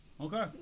Okay